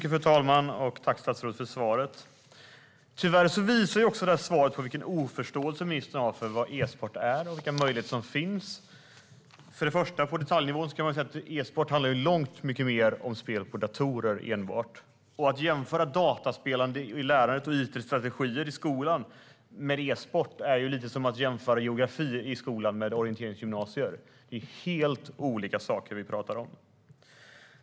Fru talman! Tack, statsrådet, för svaret! Tyvärr visar svaret vilken oförståelse ministern har för vad e-sport är och vilka möjligheter som finns. På detaljnivå kan man säga att e-sport handlar om långt mycket mer än enbart spel på datorer. Att jämföra dataspelande i lärandet och it-strategier i skolan med e-sport är lite grann som att jämföra geografi i skolan med orienteringsgymnasier. Det är helt olika saker vi talar om.